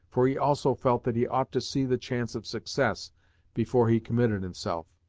for he also felt that he ought to see the chance of success before he committed himself.